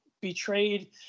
betrayed